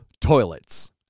toilets